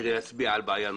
כדי להצביע על בעיה נוספת: